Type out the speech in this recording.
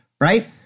right